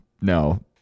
No